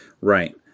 Right